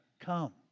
come